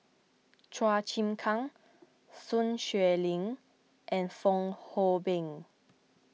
Chua Chim Kang Sun Xueling and Fong Hoe Beng